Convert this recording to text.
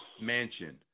mansion